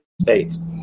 States